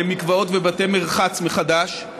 מקוואות ובתי מרחץ מחדש.